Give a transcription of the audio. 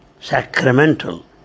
sacramental